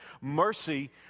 Mercy